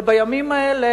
ובימים האלה,